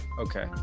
Okay